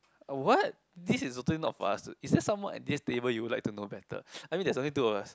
a what this is totally not for us is there someone at this table you would like to know better I mean there is only two of us